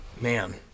man